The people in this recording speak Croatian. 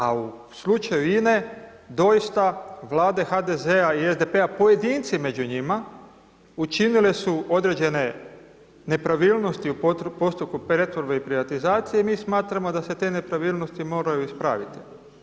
A u slučaju INA-e doista, Vlade HDZ-a i SDP-a, pojedinci među njima učinile su određene nepravilnosti u postupku pretvorbe i privatizacije i mi smatramo da se te nepravilnosti moraju ispraviti.